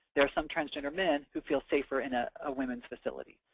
there are some transgender men who feel safer in a ah women's facility.